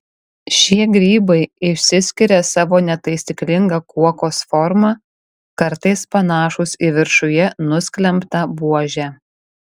šie grybai išsiskiria savo netaisyklinga kuokos forma kartais panašūs į viršuje nusklembtą buožę